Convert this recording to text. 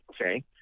okay